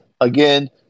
again